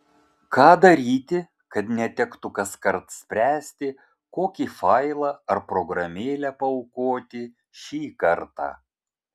ką daryti kad netektų kaskart spręsti kokį failą ar programėlę paaukoti šį kartą